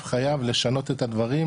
חייב,